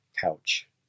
Couch